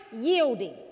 yielding